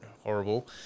horrible